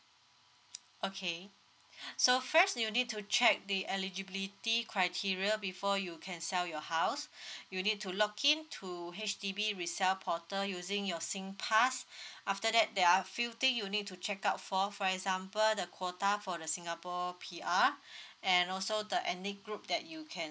okay so first you need to check the eligibility criteria before you can sell your house you need to log in to H_D_B resale portal using your singpass after that there are few thing you need to check out for for example the quota for the singapore P_R and also the any group that you can